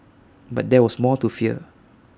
but there was more to fear